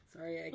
Sorry